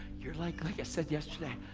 you're like, like i said yesterday,